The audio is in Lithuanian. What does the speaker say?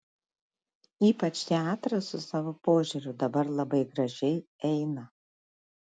ypač teatras su savo požiūriu dabar labai gražiai eina